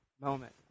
moment